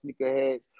sneakerheads